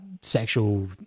sexual